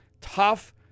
tough